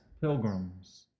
pilgrims